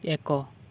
ଏକ